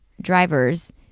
drivers